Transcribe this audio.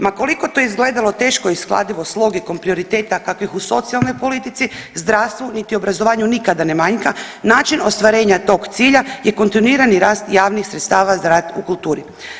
Ma koliko to izgledalo teško i uskladivo s logikom prioriteta kakvih u socijalnoj politici, zdravstvu, niti obrazovanju nikada ne manjka način ostvarenja tog cilja je kontinuirani rast javnih sredstava za rad u kulturi.